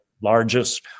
largest